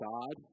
God